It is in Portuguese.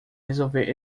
resolver